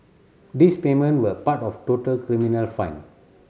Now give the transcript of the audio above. these payment were part of total criminal fine